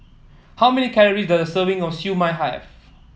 how many calories does a serving of Siew Mai have